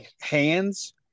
hands